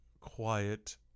quiet